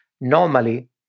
normally